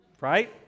Right